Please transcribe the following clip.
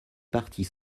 parties